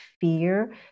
fear